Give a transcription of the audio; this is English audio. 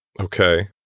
Okay